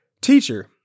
Teacher